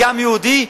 כעם יהודי,